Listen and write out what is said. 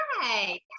hi